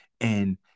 and-